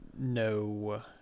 No